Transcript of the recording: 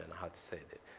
how to say this.